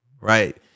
right